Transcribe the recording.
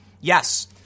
yes